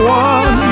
one